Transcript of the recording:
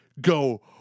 go